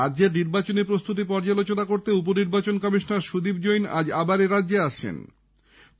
রাজ্যের নির্বাচনী প্রস্তুতি পর্যালোচনা করতে উপনির্বাচন কমিশনার সুদীপ জৈন আজ আবার এরাজ্যে আসছেন